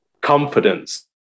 confidence